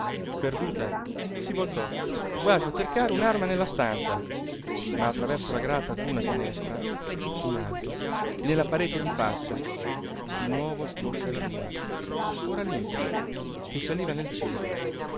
perduta si voltò quasi a cercare un'arma nella stanza ma a traverso la grata d'una finestra in alto nella parete di faccia di nuovo scorse la luna ora limpida che saliva nel cielo